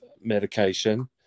medication